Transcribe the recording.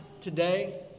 today